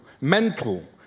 mental